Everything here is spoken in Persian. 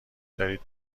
دارید